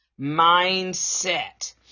mindset